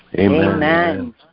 Amen